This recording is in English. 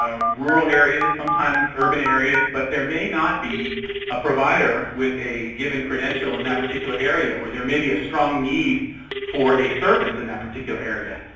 rural areas, sometimes urban areas, but there may not be a provider with a given credential in that particular area or there may be a strong need for a service in that particular area,